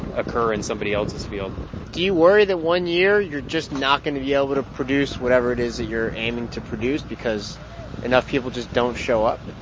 occur in somebody else's field do you worry that one year you're just not going to be able to produce whatever it is that you're aiming to produce because enough people just don't show up?